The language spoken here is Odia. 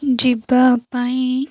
ଯିବା ପାଇଁ